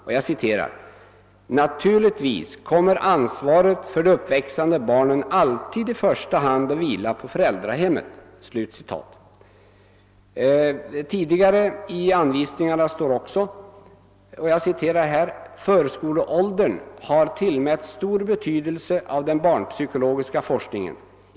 Det heter där bl.a.: »Naturligtvis kommer ansvaret för de uppväxande barnen alltid att i första hand vila på Tidigare i dessa anvisningar framhålles bl.a. följande: »Förskoleåldern har tillmätts stor betydelse av den barnpsykologiska forskningen.